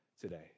today